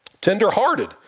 tenderhearted